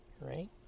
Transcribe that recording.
right